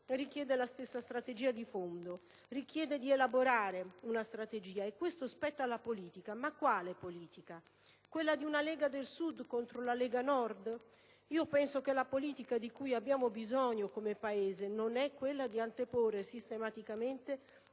richiede la stessa strategia di fondo, richiede di elaborare una strategia. Questo spetta alla politica, ma a quale politica? Quella di una Lega del Sud contro la Lega Nord? Penso che la politica di cui abbiamo bisogno come Paese non è quella di anteporre sistematicamente